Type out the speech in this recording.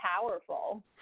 powerful